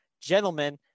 gentlemen